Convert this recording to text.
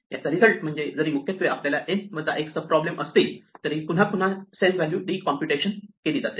याचा रिझल्ट म्हणजे जरी मुख्यत्वे आपल्याला n वजा 1 सब प्रॉब्लेम असतील तरी पुन्हा पुन्हा सेम व्हॅल्यू री कॉम्प्युटेशन केली जाते